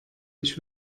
ich